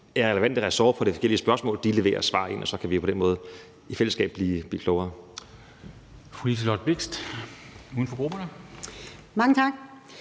er relevante ressorter i forhold til de forskellige spørgsmål, leverer svar, og så kan vi på den måde i fællesskab blive klogere.